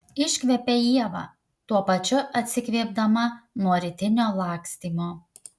iškvepia ieva tuo pačiu atsikvėpdama nuo rytinio lakstymo